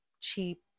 cheap